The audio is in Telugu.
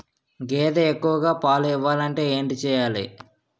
గేదె ఎక్కువ పాలు ఇవ్వాలంటే ఏంటి చెయాలి?